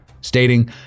stating